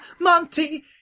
monty